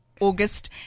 August